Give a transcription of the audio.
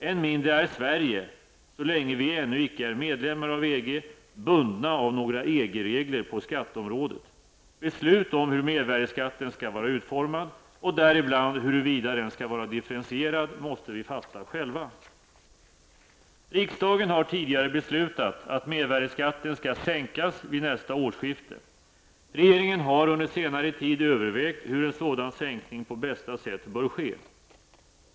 Än mindre är Sverige, så länge vi ännu icke är medlemmar av EG, bundet av några EG-regler på skatteområdet. Beslut om hur mervärdeskatten skall vara utformad, och däribland huruvida den skall vara differentierad, måste vi fatta själva. Riksdagen har tidigare beslutat att mervärdeskatten skall sänkas vid nästa årsskifte. Regeringen har under senare tid övervägt hur en sådan sänkning på bästa sätt bör ske.